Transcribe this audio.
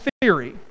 theory